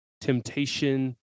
temptation